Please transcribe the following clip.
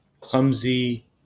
clumsy